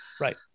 Right